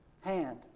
hand